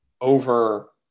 over